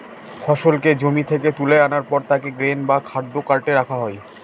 ফসলকে জমি থেকে তুলে আনার পর তাকে গ্রেন বা খাদ্য কার্টে রাখা হয়